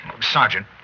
Sergeant